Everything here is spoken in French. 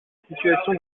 situation